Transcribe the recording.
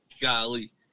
golly